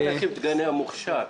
בוא נתחיל בגני המוכש"ר